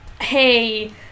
hey